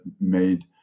made